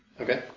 Okay